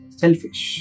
selfish